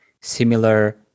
similar